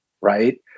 right